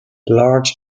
large